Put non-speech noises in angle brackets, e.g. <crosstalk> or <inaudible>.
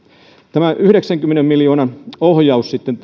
tämä yhdeksänkymmenen miljoonan kannustin nopeuttaa sitten <unintelligible>